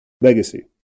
legacy